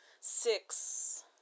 Six